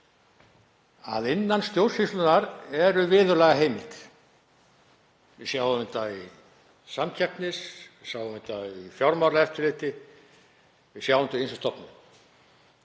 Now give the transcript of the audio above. að innan stjórnsýslunnar er viðurlagaheimild. Við sjáum þetta í samkeppnismálum, við sjáum þetta í fjármálaeftirliti, við sjáum þetta í ýmsum stofnunum.